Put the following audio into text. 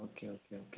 okay okay okay